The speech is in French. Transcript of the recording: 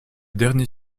dernier